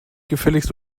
gefälligst